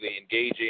engaging